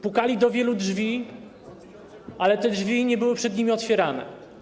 Pukali oni do wielu drzwi, ale te drzwi nie były przed nimi otwierane.